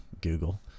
Google